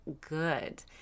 good